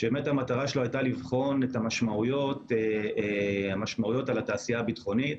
שבאמת מטרתו הייתה לבחון את המשמעויות על התעשייה הביטחונית,